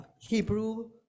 Hebrew